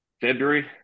February